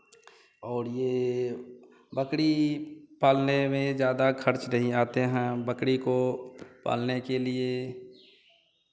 और ये बकरी पालने में ज़्यादा खर्च नहीं आते हैं बकरी को पालने के लिए